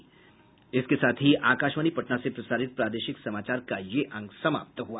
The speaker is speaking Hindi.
इसके साथ ही आकाशवाणी पटना से प्रसारित प्रादेशिक समाचार का ये अंक समाप्त हुआ